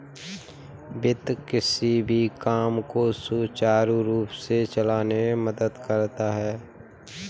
वित्त किसी भी काम को सुचारू रूप से चलाने में मदद करता है